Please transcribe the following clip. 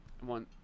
One